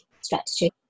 strategy